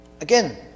Again